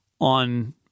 on